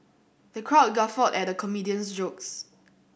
the crowd guffawed at the comedian's jokes